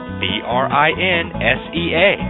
b-r-i-n-s-e-a